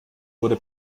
wurde